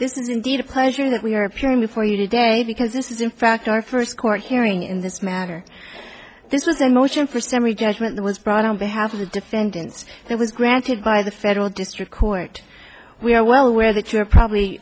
this is indeed a pleasure that we are appearing before you today because this is in fact our first court hearing in this matter this was a motion for summary judgment that was brought on behalf of the defendants and was granted by the federal district court we are well aware that you're probably